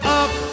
up